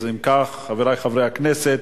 אם כך, חברי חברי הכנסת,